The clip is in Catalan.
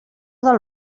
del